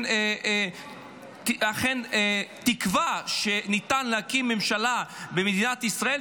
שאכן תקבע שניתן להקים ממשלה במדינת ישראל,